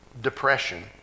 depression